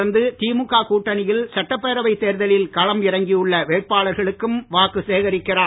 தொடர்ந்து திமுக கூட்டணியில் சட்டப்பேரவை தேர்தலில் களம் இறங்கி உள்ள வேட்பாளர்களுக்கும் வாக்கு சேகரிக்கிறார்